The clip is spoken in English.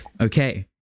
Okay